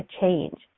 change